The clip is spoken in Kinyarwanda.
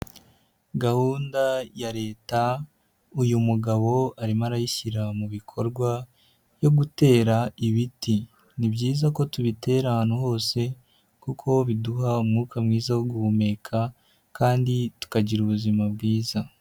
Gahunda ya leta, uyu mugabo arimo arayishyira mu bikorwa yo gutera ibiti. Ni byiza ko tubitera ahantu hose kuko biduha umwuka mwiza wo guhumeka kandi tukagira ubuzima bwiza.